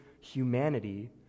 humanity